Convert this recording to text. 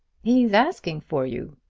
he is asking for you,